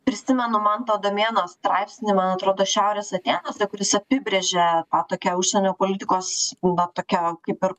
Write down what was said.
prisimenu manto adomėno straipsnį man atrodo šiaurės atėnuose kur jis apibrėžė tą tokią užsienio politikos na tokią kaip ir